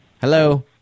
Hello